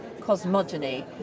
cosmogony